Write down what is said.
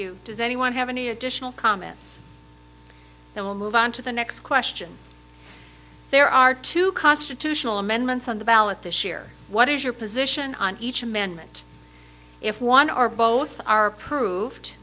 you does anyone have any additional comments and we'll move on to the next question there are two constitutional amendments on the ballot this year what is your position on each amendment if one or both are approved